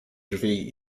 drzwi